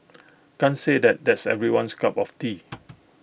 can't say that that's everyone's cup of tea